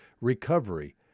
recovery